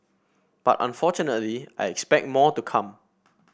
but unfortunately I expect more to come